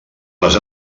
les